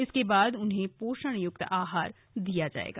इसके बाद उन्हें पोषण युक्त आहार दिया जाएगा